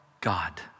God